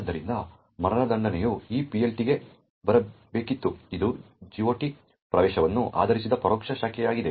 ಆದ್ದರಿಂದ ಅದು ಈ PLT ಗೆ ಬರಬೇಕಿತ್ತು ಇದು GOT ಪ್ರವೇಶವನ್ನು ಆಧರಿಸಿದ ಪರೋಕ್ಷ ಶಾಖೆಯಾಗಿದೆ